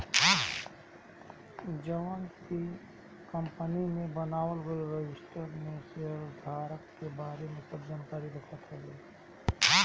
जवन की कंपनी में बनावल गईल रजिस्टर में शेयरधारक के बारे में सब जानकारी रखत हवे